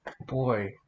Boy